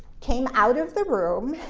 came out of the room,